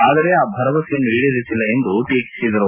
ಆದರೆ ಆ ಭರವಸೆಯನ್ನು ಈಡೇರಿಸಿಲ್ಲ ಎಂದು ಟೀಕಿಸಿದರು